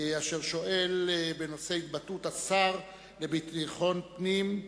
אשר שואל בנושא התבטאות השר לביטחון פנים.